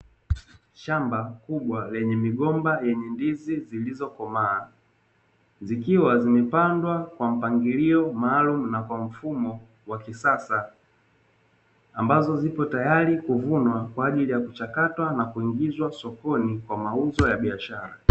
Shamba kubwa lenye migomba yenye ndizi zilizokomaa, zikiwa zimepandwa kwa mpangilio maalumu na kwa mfumo wa kisasa, ambazo zipo tayari kuvunwa, kwa ajili ya kuchakatwa na kuingizwa sokoni kwa mauzo ya biashara.